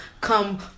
come